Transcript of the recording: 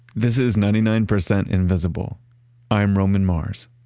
this is ninety nine percent invisible i'm roman mars.